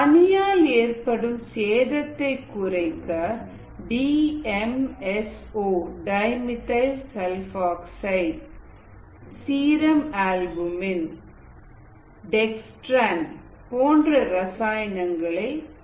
பனியால் ஏற்படும் சேதத்தை குறைக்க D M S O serum albumin dextran போன்ற ரசாயனங்களை உபயோகிக்கிறோம்